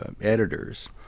editors